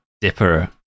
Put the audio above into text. Dipper